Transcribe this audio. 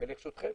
ואני לרשותכם.